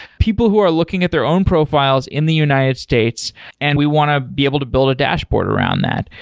people who are looking at their own profiles in the united states and we want to be able to build a dashboard around that.